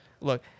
look